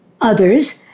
others